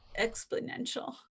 exponential